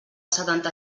setanta